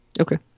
okay